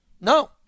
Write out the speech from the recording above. No